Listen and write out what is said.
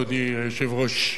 אדוני היושב-ראש: